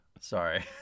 Sorry